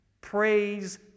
Praise